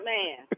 Man